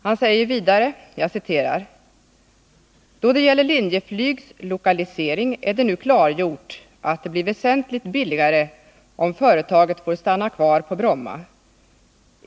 Han säger vidare: ”Då det gäller Linjeflygs lokalisering är det nu klargjort, att det blir väsentligt billigare om företaget får stanna kvar på Bromma.